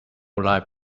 life